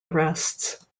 arrests